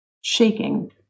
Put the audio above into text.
Shaking